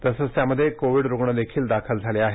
तसंच त्यामध्ये कोविड रुग्ण देखील दाखल झाले आहेत